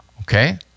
Okay